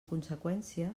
conseqüència